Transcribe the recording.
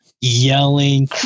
yelling